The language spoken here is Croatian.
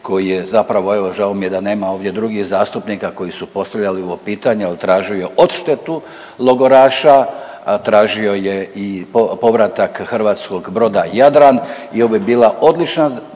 koji je zapravo evo žao mi je da nema ovdje drugih zastupnika koji su postavljali ovo pitanje i tražili odštetu logoraša. Tražio je i povratak hrvatskog broda Jadran. I ovo je bila odlična